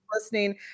listening